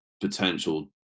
potential